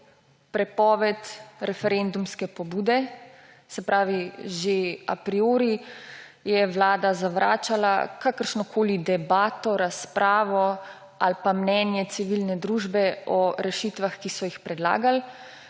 prepoved referendumske pobude, se pravi, že a priori je vlada zavračala kakršnokoli debato, razpravo ali pa mnenje civilne družbe o rešitvah, ki so jih predlagali.